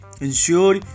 Ensure